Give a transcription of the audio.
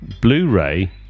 Blu-ray